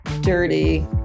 Dirty